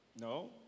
No